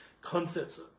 concepts